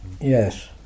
Yes